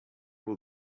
will